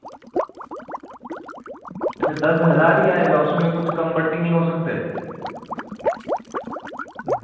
اچھا دس ہزار ہی آئے گا اس میں کچھ کم بڑھتی نہیں ہو سکتے